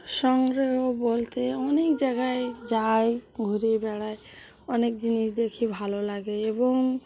সংগ্রহ বলতে অনেক জায়গায় যায় ঘুরে বেড়াই অনেক জিনিস দেখি ভালো লাগে এবং